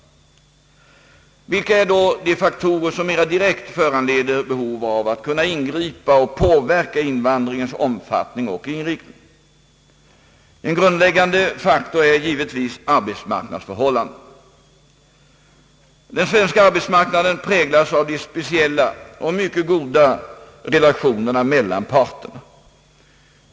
Vilka är då de faktorer som mera direkt föranleder behov av att kunna ingripa i och påverka invandringens omfattning och inriktning? En grundläggande faktor är givetvis arbetsmarknadsförhållandena. Den svenska arbetsmarknaden präglas av de speciella och mycket goda relationerna mellan parterna.